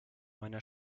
meiner